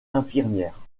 infirmière